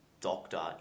doctor